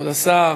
כבוד השר,